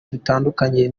dutandukanye